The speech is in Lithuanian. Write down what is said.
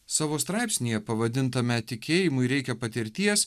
savo straipsnyje pavadintame tikėjimui reikia patirties